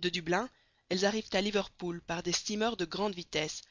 de dublin elles arrivent à liverpool par des steamers de grande vitesse